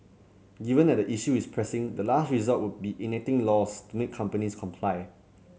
given that the issue is pressing the last resort would be enacting laws to make companies comply